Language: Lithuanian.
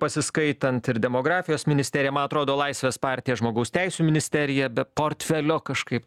pasiskaitant ir demografijos ministerija ma atrodo laisvės partija žmogaus teisių ministerija be portfelio kažkaip